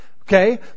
Okay